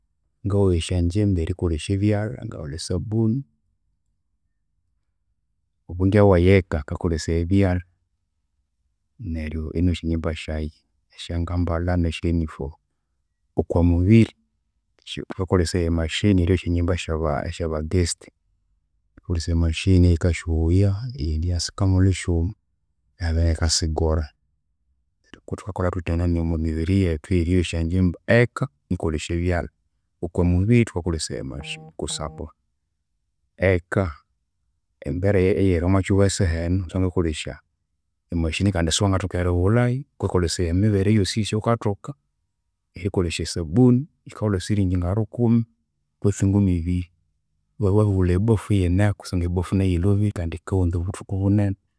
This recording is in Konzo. Ngaghoya esyanjimba erikolesya ebyalha, ngaghulha esabuni. Obo ngewayi eka, ngakolesaya ebyalha neryo inoya esyanjimba syayi, esyangambalha nesya uniform. Okwamubiri, esya thukakolesaya emachine eryoya esyanjimba esyaba guest. Thukakolesaya emachine eyikasyoghaya, eyindi iyasikamulha esyuma, ihabya neyikasigora. Thukakolha thuthya enani omwamibiri yethu eyeryoya esyanjimba. Eka nikolesya ebyalha, okwamubiri thukakolesaya emachine kusangwa eka embera eyiri omwakyihugho esaha enu siwangakolesya emachine kandi siwathoka erighulhayu ghukakolesaya emibere eyosiyosi eyaghukathoka. Erikolesya esabuni yikaghulha siringi ngarukumi kutse ngumi ibiri. Iwabya iwabirighulha ebafu iyinehu kusangwa ebafu nayu yilhobire kandi yikaghunza obuthuku bunene.